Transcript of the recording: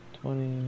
twenty